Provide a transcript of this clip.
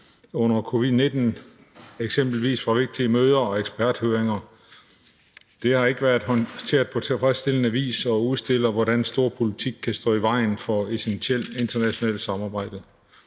under covid-19, eksempelvis fra vigtige møder og eksperthøringer. Det har ikke været håndteret på tilfredsstillende vis og udstiller, hvordan storpolitik kan stå i vejen for essentielt internationalt samarbejde.